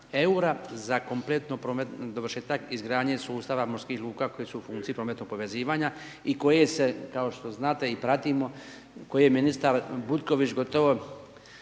EUR-a za kompletno dovršetak izgradnje sustava morskih luka koji su u funkciji prometnog povezivanja i koje se, kao što znate i pratimo, koje ministar Butković gotovo